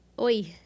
Oi